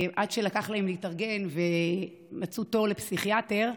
עד שהספיקו להתארגן ומצאו תור לפסיכיאטר,